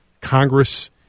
Congress